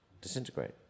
disintegrate